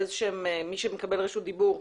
מי שמקבל רשות דיבור,